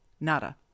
Nada